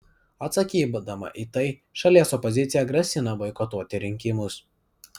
atsakydama į tai šalies opozicija grasina boikotuoti rinkimus